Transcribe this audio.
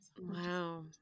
Wow